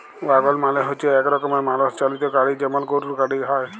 ওয়াগল মালে হচ্যে এক রকমের মালষ চালিত গাড়ি যেমল গরুর গাড়ি হ্যয়